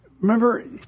remember